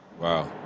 Wow